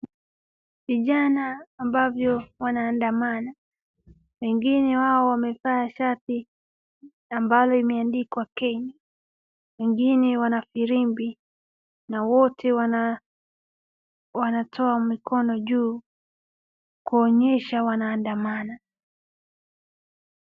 Vijana ambao wanaandamana, wengine wao wamevaa shati ambayo imeandikwa Kenya, wengine wana firimbi na wote wanatoa mikono juu kuonyesha wanaandamana.